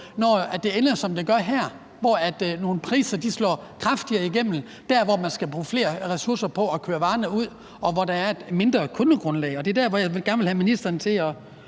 når det ender, som det gør her, hvor nogle priser slår kraftigere igennem der, hvor man skal bruge flere ressourcer på at køre varerne ud, og hvor der er et mindre kundegrundlag. Det er det, jeg gerne vil have ministeren til at